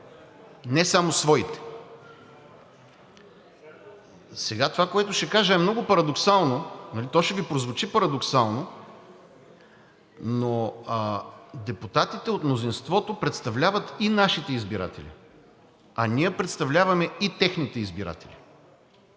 не само своите. Това, което ще кажа, е много парадоксално, то ще Ви прозвучи парадоксално, но депутатите от мнозинството представляват и нашите избиратели, а ние представляваме и техните избиратели,